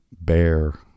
bear